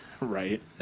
Right